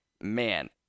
man